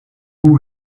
who